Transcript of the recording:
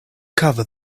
cover